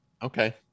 Okay